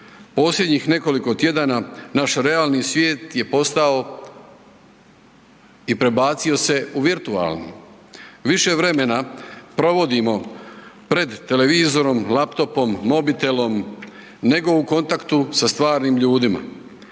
Posljednjih nekoliko tjedana naš realni svijet je postao i prebacio se u virtualni. Više vremena provodimo pred televizorom, laptopom, mobitelom nego u kontaktu sa stvarnim ljudima.